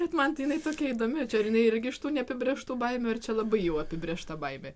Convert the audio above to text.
bet man tai jinai tokia įdomi čia ar jinai irgi iš tų neapibrėžtų baimių ar čia labai jau apibrėžta baimė